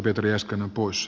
arvoisa puhemies